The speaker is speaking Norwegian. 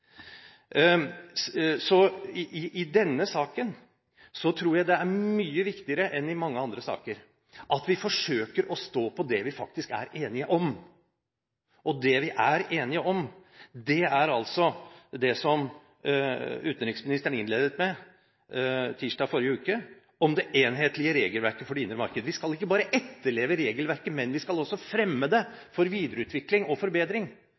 I denne saken tror jeg det er mye viktigere enn i mange andre saker at vi forsøker å stå på det vi faktisk er enige om. Det vi er enige om – og det som utenriksministeren innledet med tirsdag i forrige uke – er altså det enhetlige regelverket for det indre marked. Vi skal ikke bare etterleve regelverket, men vi skal også fremme det for videreutvikling og forbedring.